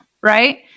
right